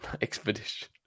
expedition